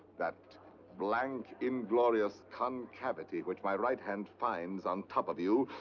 that blank, inglorious concavity, which my right hand finds on top of you,